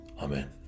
Amen